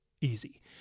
easy